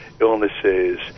illnesses